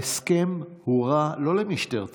ההסכם הוא רע לא למשטרת ישראל,